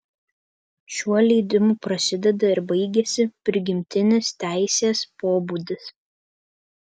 šiuo leidimu prasideda ir baigiasi prigimtinis teisės pobūdis